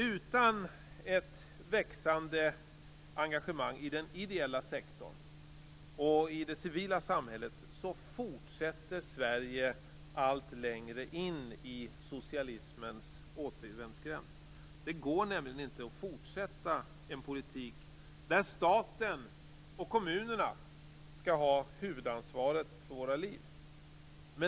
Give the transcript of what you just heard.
Utan ett växande engagemang i den ideella sektorn och i det civila samhället fortsätter Sverige allt längre in i socialismens återvändsgränd. Det går nämligen inte att fortsätta med en politik där staten och kommunerna skall ha huvudansvaret för våra liv.